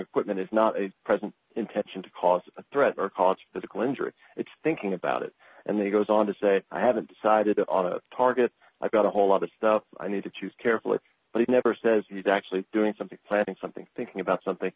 equipment is not present intention to cause a threat or cause physical injury it's thinking about it and he goes on to say i haven't decided on a target i've got a whole lot of stuff i need to choose carefully but he never says he's actually doing something planning something thinking about something